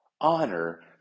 honor